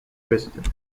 president